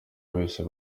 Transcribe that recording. abeshya